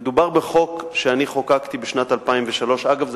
מדובר בחוק שאני חוקקתי בשנת 2003. דרך אגב,